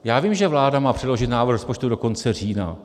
Já vím, že vláda má předložit návrh rozpočtu do konce října.